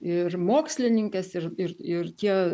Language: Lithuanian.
ir mokslininkės ir ir ir tie